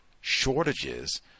shortages